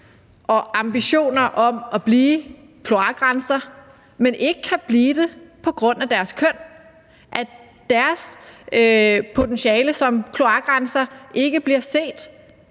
og ambitioner om at blive kloakrenser, men ikke kan blive det på grund af deres køn, og at deres potentiale som kloakrenser ikke bliver set